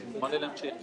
אבל כאשת בית,